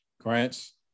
Grants